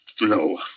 No